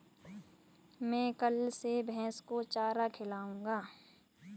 मैं कल से भैस को चारा खिलाऊँगा